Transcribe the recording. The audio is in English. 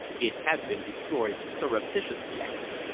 it had been destroyed surreptitiously, i think.